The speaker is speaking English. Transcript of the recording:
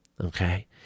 okay